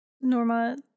Norma